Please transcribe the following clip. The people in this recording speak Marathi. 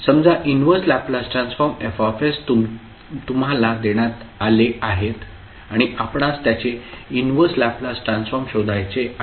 समजा इनव्हर्स लॅपलास ट्रान्सफॉर्म F तुम्हाला देण्यात आले आहेत आणि आपणास त्याचे इनव्हर्स लॅपलास ट्रान्सफॉर्म शोधायचे आहे